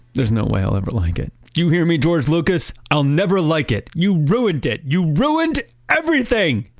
there's no way i'll ever like it. do you hear me, george lucas? i'll never like it. you ruined it. you ruined everything!